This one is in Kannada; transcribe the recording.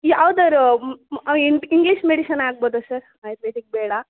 ಯಾವ್ದಾದ್ರೂ ಅವ ಇಂಪ್ ಇಂಗ್ಲೀಷ್ ಮೆಡಿಸನ್ ಆಗ್ಬೋದಾ ಸರ್ ಆಯುರ್ವೇದಿಕ್ ಬೇಡ